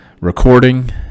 recording